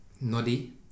Noddy